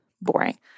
boring